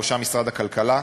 בראשם משרד הכלכלה,